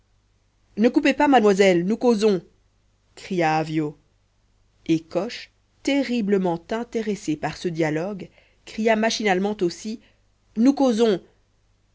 ne coupez pas mademoiselle nous causons cria avyot et coche terriblement intéressé par ce dialogue cria machinalement aussi nous causons